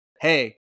hey